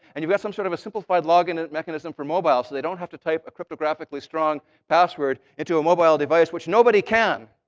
and you've got some sort of a simplified log-in mechanism for mobiles so they don't have to type a cryptographically strong password into a mobile device, which nobody can,